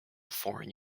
foreign